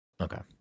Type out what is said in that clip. Okay